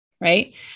right